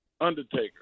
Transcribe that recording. Undertaker